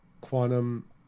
Quantum